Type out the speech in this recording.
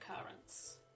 occurrence